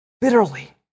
bitterly